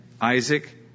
Isaac